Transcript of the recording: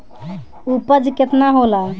उपज केतना होला?